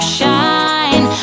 shine